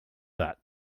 that